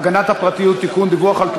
אין נמנעים, אין נוכחים.